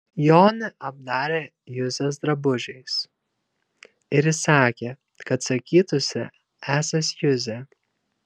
jonį apdarė juzės drabužiais ir įsakė kad sakytųsi esąs juzė